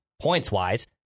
points-wise